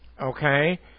okay